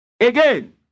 Again